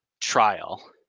trial